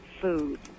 food